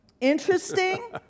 interesting